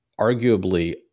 arguably